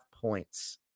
points